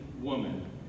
woman